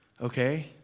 okay